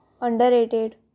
Underrated